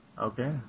Okay